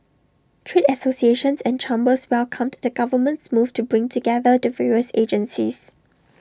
trade associations and chambers welcomed the government's move to bring together the various agencies